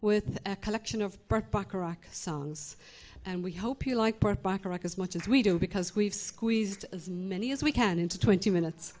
with a collection of songs and we hope you like as much as we do because we've squeezed many as we can into twenty minutes